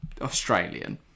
Australian